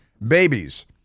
Babies